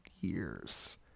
years